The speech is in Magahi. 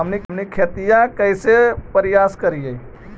हमनी खेतीया कइसे परियास करियय?